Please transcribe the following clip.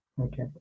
okay